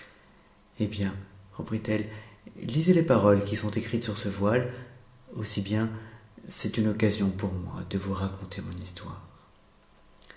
hé bien reprit-elle lisez les paroles qui sont écritessur ce voile aussi bien c'est une occasion pour moi de vous raconter mon histoire